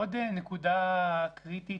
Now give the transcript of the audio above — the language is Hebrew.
עוד נקודה קריטית,